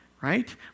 right